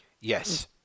Yes